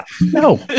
no